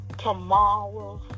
Tomorrow